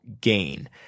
gain